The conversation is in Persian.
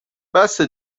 بسه